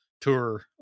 tour